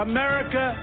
America